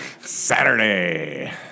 Saturday